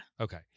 Okay